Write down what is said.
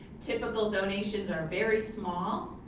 typical donations are very small,